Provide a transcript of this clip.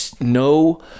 no